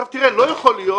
תראה, לא יכול להיות